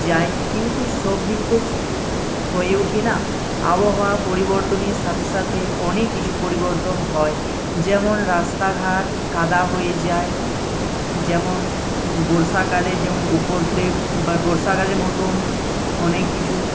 যায় কিন্তু সব দিন তো হয়ে ওঠে না আবহাওয়া পরিবর্তনের সাথে সাথে অনেক কিছু পরিবর্তন হয় যেমন রাস্তাঘাট কাদা হয়ে যায় যেমন বর্ষাকালে যেমন উপদ্রব বা বর্ষাকালের মতন অনেক কিছু